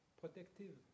protective